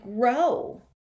grow